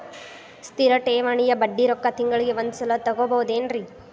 ಸ್ಥಿರ ಠೇವಣಿಯ ಬಡ್ಡಿ ರೊಕ್ಕ ತಿಂಗಳಿಗೆ ಒಂದು ಸಲ ತಗೊಬಹುದೆನ್ರಿ?